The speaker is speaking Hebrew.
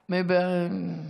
אורנה,